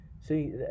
See